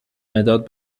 مداد